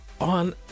on